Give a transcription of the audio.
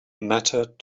mattered